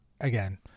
again